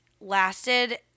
lasted